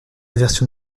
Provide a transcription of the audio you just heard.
version